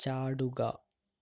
ചാടുക